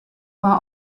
war